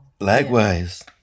Likewise